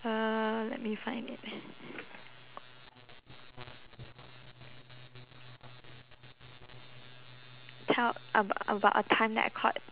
uh let me find it how tell ab~ about a time that I caught